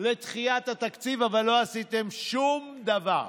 לדחיית התקציב, אבל לא עשיתם שום דבר.